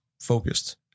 focused